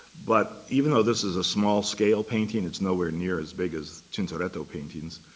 but even though this is a small-scale painting, it's nowhere near as big as tintoretto paintings,